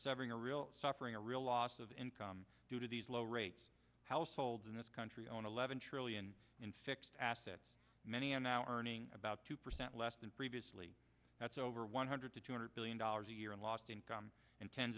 suffering a real suffering a real loss of income due to these low rates households in this country own eleven trillion in fixed assets many are now earning about two percent less than previously that's over one hundred to two hundred billion dollars a year in lost income and ten